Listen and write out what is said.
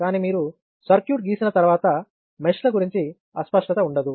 కానీ మీరు సర్క్యూట్ గీసిన తర్వాత మెష్ల గురించి అస్పష్టత ఉండదు